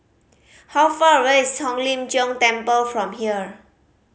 how far away is Hong Lim Jiong Temple from here